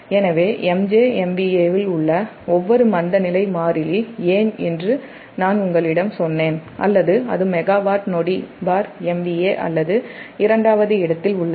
எனவே MJ MVAல் உள்ள ஒவ்வொரு மந்தநிலை மாறிலி ஏன் என்று நான் உங்களிடம் சொன்னேன் அல்லது அது மெகாவாட் நொடி MVA அல்லது இரண்டாவது இடத்தில் உள்ளது